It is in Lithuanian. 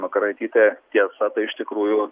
makaraitytė tiesa tai iš tikrųjų